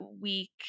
week